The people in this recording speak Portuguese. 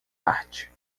arte